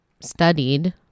studied